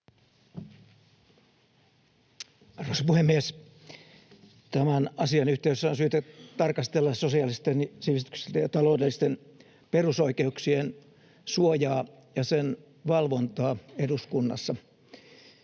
Arvoisa puhemies! Tämän asian yhteydessä on syytä tarkastella sosiaalisten, sivistyksellisten ja taloudellisten perusoikeuksien suojaa ja sen valvontaa eduskunnassa.